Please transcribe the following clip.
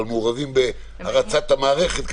אבל מעורבים בהרצת המערכת,